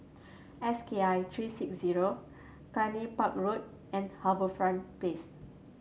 S K I three six zero Cluny Park Road and HarbourFront Place